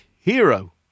hero